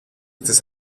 τις